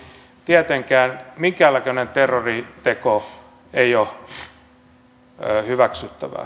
tietenkään minkään näköinen terroriteko ei ole hyväksyttävää